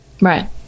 Right